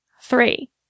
three